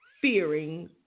fearing